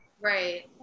Right